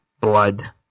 blood